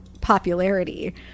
popularity